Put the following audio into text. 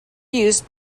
use